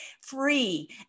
free